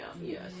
Yes